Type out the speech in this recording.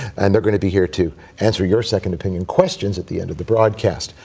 and they're going to be here to answer your second-opinion questions at the end of the broadcast.